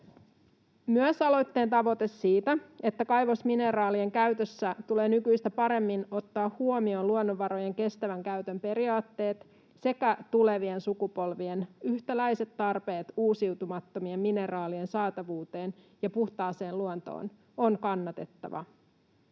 Myös se aloitteen tavoite, että kaivosmineraalien käytössä tulee nykyistä paremmin ottaa huomioon luonnonvarojen kestävän käytön periaatteet sekä tulevien sukupolvien yhtäläiset tarpeet uusiutumattomien mineraalien saatavuuteen ja puhtaaseen luontoon, on kannatettava.